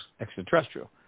extraterrestrial